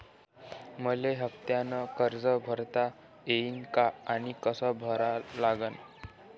मले हफ्त्यानं कर्ज भरता येईन का आनी कस भरा लागन?